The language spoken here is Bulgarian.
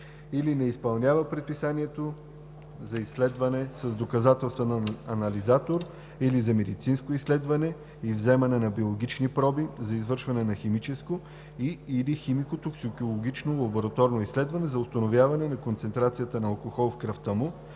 или не изпълни предписанието за изследване с доказателствен анализатор или за медицинско изследване и вземане на биологични проби за извършване на химическо и/или химико-токсикологично лабораторно изследване за установяване на концентрацията на алкохол в кръвта му